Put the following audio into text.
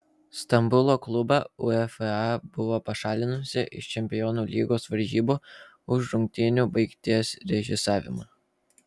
stambulo klubą uefa buvo pašalinusi iš čempionų lygos varžybų už rungtynių baigties režisavimą